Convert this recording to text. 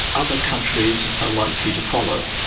other countries are likely to follow,